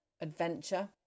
adventure